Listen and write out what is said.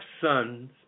sons